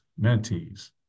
mentees